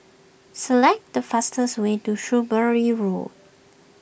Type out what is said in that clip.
select the fastest way to Shrewsbury Road